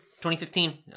2015